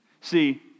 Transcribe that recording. See